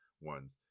ones